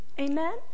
Amen